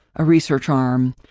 a research arm,